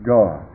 God